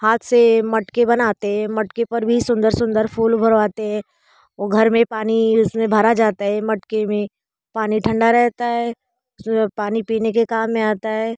हाथ से मटके बनाते है मटके पर भी सुंदर सुंदर फूल उभरवाते है वो घर में पानी उसमें भरा जाता है मटके में पानी ठंडा रहता है उसमें पानी पीने के काम में आता है